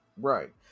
Right